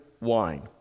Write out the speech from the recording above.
wine